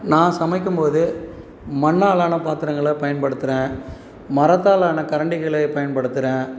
நான் சமைக்கும்போது மண்ணாலான பாத்திரங்களை பயன்படுத்துகிறேன் மரத்தாலான கரண்டிகளை பயன்படுத்துகிறேன்